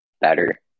better